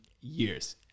years